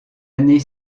année